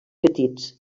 petits